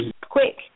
quick